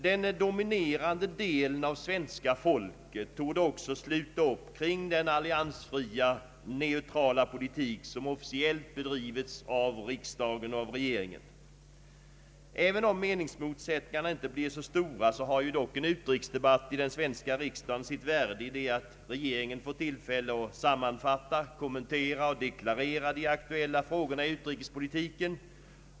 Den dominerande delen av svenska folket torde också sluta upp kring den alliansfria, neutrala politik som officiellt bedrivits av riksdagen och regeringen. Även om meningsmotsättningarna kanske inte blir så stora har dock en utrikesdebatt i den svenska riksdagen sitt värde, i det att regeringen får tillfälle att sammanfatta, kommentera och deklarera de aktuella frågorna i utrikespolitiken.